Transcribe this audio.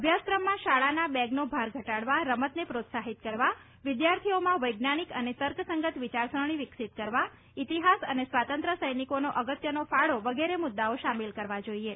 અભ્યાસક્રમમાં શાળાના બેગનો ભાર ઘટાડવા રમતને પ્રોત્સાહિત કરવા વિદ્યાર્થીઓમાં વૈજ્ઞાનિક અને તર્કસંગત વિચારસરણી વિકસિત કરવા ઈતિહાસ અને સ્વાતંત્ર્ય સૈનિકોના અગત્યનો ફાળો વગેરે મુદ્દાઓ સામેલ કરવા જોઈએ